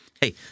Hey